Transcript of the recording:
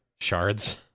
shards